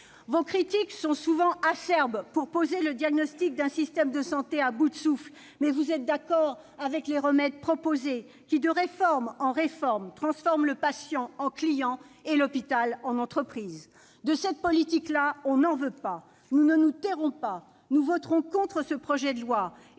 Vos critiques sont souvent acerbes pour poser le diagnostic d'un système de santé à bout de souffle, mais vous êtes d'accord avec les remèdes proposés, qui, de réforme en réforme, transforment le patient en client et l'hôpital en entreprise ! De cette politique-là, nous ne voulons pas ! Nous ne nous tairons pas, nous voterons contre ce projet de loi